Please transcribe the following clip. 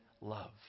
love